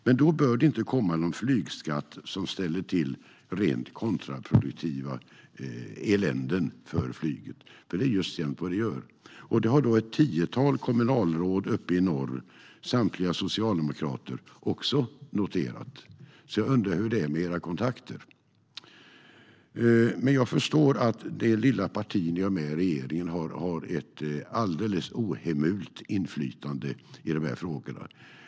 Men då bör det inte komma någon flygskatt som ställer till med rent kontraproduktiva eländen för flyget, för det är just jämnt vad den gör. Det har också ett tiotal kommunalråd uppe i norr, samtliga socialdemokrater, noterat. Jag undrar hur det är med era kontakter. Men jag förstår att det lilla parti ni har med er i regeringen har ett alldeles ohemult inflytande i frågorna.